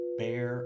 bear